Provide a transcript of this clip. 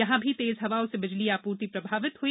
यहां भी तेज हवाओं से बिजली आपूर्ति प्रभावित हई